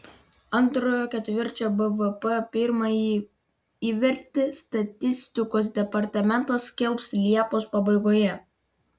antrojo ketvirčio bvp pirmąjį įvertį statistikos departamentas skelbs liepos pabaigoje